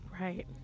Right